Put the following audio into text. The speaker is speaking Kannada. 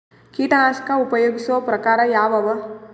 ಕೀಟನಾಶಕ ಉಪಯೋಗಿಸೊ ಪ್ರಕಾರ ಯಾವ ಅವ?